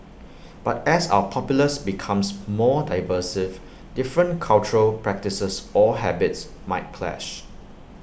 but as our populace becomes more different cultural practices or habits might clash